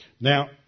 Now